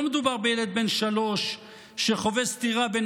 לא מדובר בילד בן שלוש שחווה סתירה בין